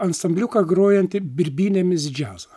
ansambliuką grojantį birbynėmis džiazą